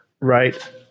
right